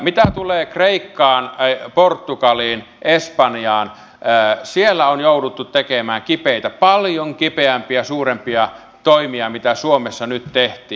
mitä tulee kreikkaan portugaliin espanjaan siellä on jouduttu tekemään kipeitä toimia paljon kipeämpiä ja suurempia toimia kuin mitä suomessa nyt tehtiin